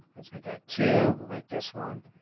let's make that two. we'll make this one.